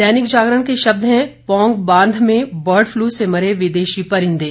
दैनिक जागरण के शब्द हैं पोंग बांध में बर्ड फ़लू से मरे विदेशी परिंदे